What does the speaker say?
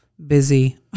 busy